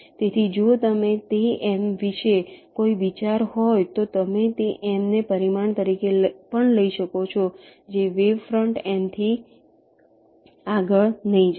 તેથી જો તમને તે m વિશે કોઈ વિચાર હોય તો તમે તે m ને પરિમાણ તરીકે પણ લઈ શકો છો જે વેવ ફ્રન્ટ m થી આગળ નહીં જાય